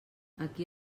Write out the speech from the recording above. aquí